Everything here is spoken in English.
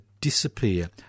disappear